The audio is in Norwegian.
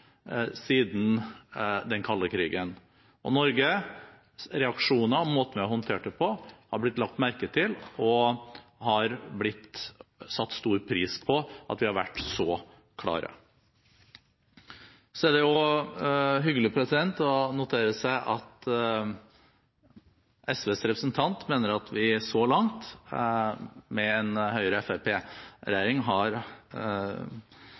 siden den kalde krigen – og Norges reaksjoner og måten vi har håndtert det på, har blitt lagt merke til, og det har blitt satt stor pris på at vi har vært så klare. Det er også hyggelig å notere seg at SVs representant mener at vi så langt, med en Høyre–Fremskrittsparti-regjering, har